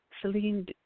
Celine